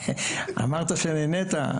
אמרת שנהנית,